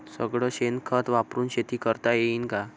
सगळं शेन खत वापरुन शेती करता येईन का?